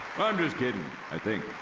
i'm just kidding. i think.